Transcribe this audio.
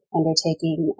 undertaking